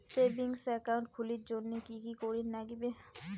Savings account খুলির জন্যে কি কি করির নাগিবে?